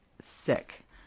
sick